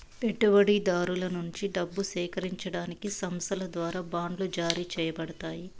పెట్టుబడిదారుల నుండి డబ్బు సేకరించడానికి సంస్థల ద్వారా బాండ్లు జారీ చేయబడతాయి